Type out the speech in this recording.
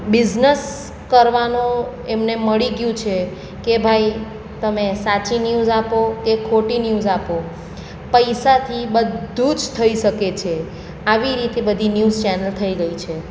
business કરવાનો એમને મળી ગયું છે કે ભાઈ તમે સાચી ન્યૂઝ આપો કે ખોટી ન્યૂઝ આપો પૈસાથી બધું જ થઈ શકે છે આવી રીતે બધી ન્યૂઝ ચેનલ થઈ ગઈ છે